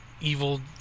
Evil